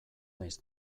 naiz